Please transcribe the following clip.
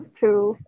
true